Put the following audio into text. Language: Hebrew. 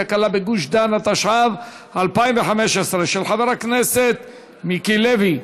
אני מוסיף לפרוטוקול את קולם של חברת הכנסת אורלי לוי,